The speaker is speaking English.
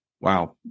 wow